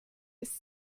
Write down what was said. ist